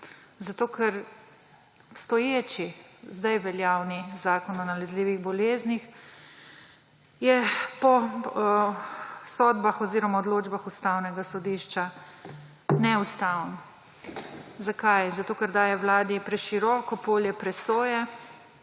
na mizah. Obstoječi zdaj veljavni Zakon o nalezljivih boleznih je po sodbah oziroma odločbah Ustavnega sodišča neustaven. Zakaj? Zato ker daje Vladi preširoko polje presoje,